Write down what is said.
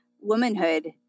womanhood